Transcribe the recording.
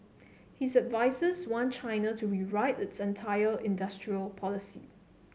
his advisers want China to rewrite its entire industrial policy